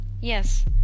Yes